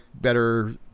better